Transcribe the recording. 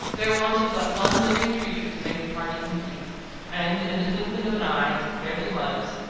there wanted but one living creature to make the party complete and, in the twinkling of an eye, there he was,